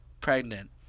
pregnant